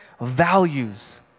values